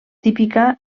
típica